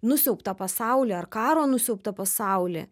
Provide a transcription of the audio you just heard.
nusiaubtą pasaulį ar karo nusiaubtą pasaulį